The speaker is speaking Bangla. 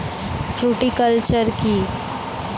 ফ্রুটিকালচার কী?